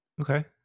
Okay